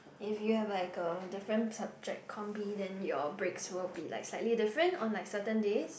if you have like a different subject combine then your breaks will be like slightly different on like certain days